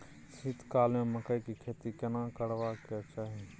शीत काल में मकई के खेती केना करबा के चाही?